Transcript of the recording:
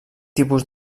tipus